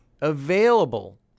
available